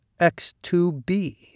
X2b